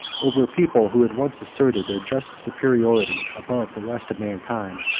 over a people who had once asserted their just superiority above the rest of mankind.